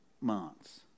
months